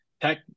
Tech